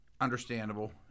Understandable